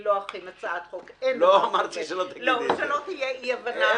שלא אכין הצעת חוק, שלא תהיה אי-הבנה.